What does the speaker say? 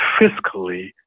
fiscally